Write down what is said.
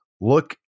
look